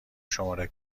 شماره